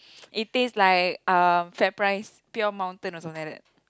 it tastes like uh FairPrice pure mountain also that it